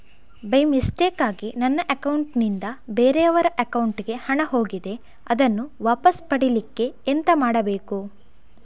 By ಮಿಸ್ಟೇಕಾಗಿ ನನ್ನ account ನಿಂದ ಬೇರೆಯವರ ಅಕೌಂಟ್ ಗೆ ಹಣ ಹೋಗಿದೆ ಅದನ್ನು ವಾಪಸ್ ಪಡಿಲಿಕ್ಕೆ ಎಂತ ಮಾಡಬೇಕು?